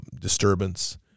disturbance